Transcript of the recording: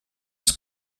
els